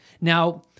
Now